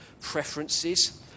preferences